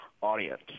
audience